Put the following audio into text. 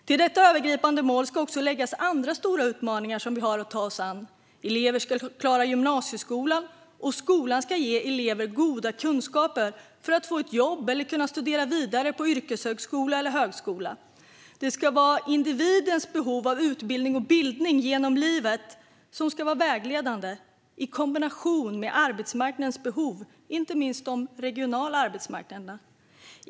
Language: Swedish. Till detta övergripande mål ska också läggas andra stora utmaningar vi har att ta oss an. Elever ska klara gymnasieskolan, och skolan ska ge elever goda kunskaper för att få ett jobb eller kunna studera vidare på yrkeshögskola eller högskola. Individens behov av utbildning och bildning genom livet ska vara vägledande i kombination med arbetsmarknadens behov, inte minst de regionala arbetsmarknaderna.